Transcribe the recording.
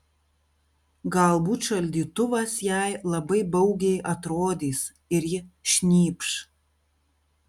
galbūt šaldytuvas jai labai baugiai atrodys ir ji šnypš